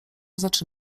zaczy